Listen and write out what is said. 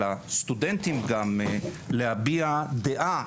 אלא סטודנטים גם להביע דעה,